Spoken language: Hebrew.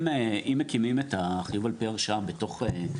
אם מקימים את החיוב על פי הרשאה בתוך הבנק,